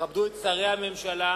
תכבדו את שרי הממשלה,